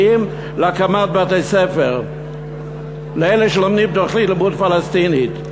להקמת בתי-ספר לאלה שלומדים תוכנית לימוד פלסטינית.